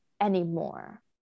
anymore